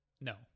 no